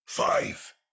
Five